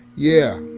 yeah,